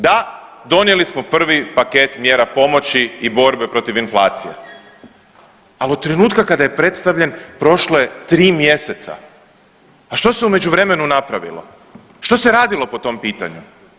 Da, donijeli smo prvi paket mjera pomoći i borbe protiv inflacije, al od trenutka kada je predstavljen prošlo je 3 mjeseca, a što se u međuvremenu napravilo, što se radilo po tom pitanju?